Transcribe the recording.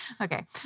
Okay